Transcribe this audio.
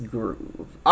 Groove